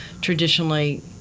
traditionally